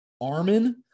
Armin